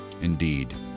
Indeed